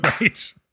right